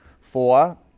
Four